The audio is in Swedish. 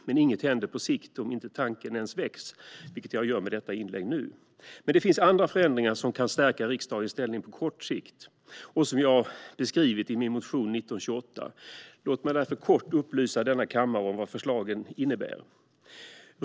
Men inget händer på sikt om inte tanken ens väcks, vilket jag gör nu med detta inlägg. Det finns dock andra förändringar som kan stärka riksdagens ställning på kort sikt och som jag beskrivit i min motion 1928. Låt mig därför kort upplysa denna kammare om vad förslagen handlar om.